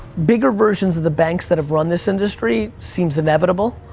bigger versions of the banks that have run this industry seems inevitable,